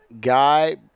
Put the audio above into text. guy